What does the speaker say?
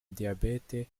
diabete